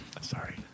Sorry